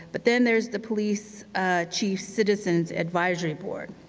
but then there's the police chief's citizens advisory board.